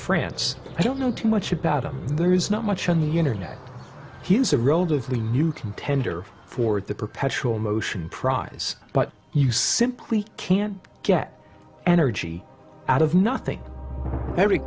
france i don't know too much about them and there is not much on the internet he is a relatively new contender for the perpetual motion prize but you simply can't get energy out of nothing every